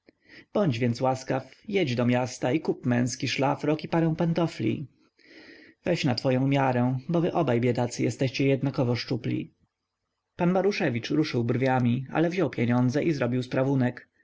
bądź więc łaskaw jedź do miasta i kup męski szlafrok i parę pantofli weź na twoję miarę bo wy obaj biedacy jesteście jednakowo szczupli pan maruszewicz ruszył brwiami ale wziął pieniądze i zrobił sprawunek